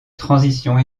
transition